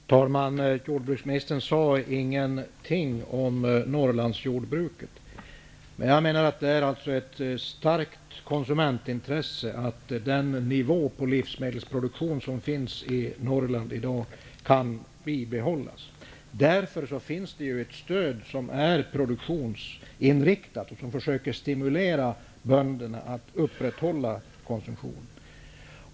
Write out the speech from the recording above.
Herr talman! Jordbruksministern sade ingenting om Norrlandsjordbruket. Det är ett starkt konsumentintresse att den nivå på livsmedelsproduktionen som finns i Norrland i dag kan bibehållas. Därför finns det ett stöd som är produktionsinriktat och som försöker stimulera bönderna att upprätthålla konsumtionen.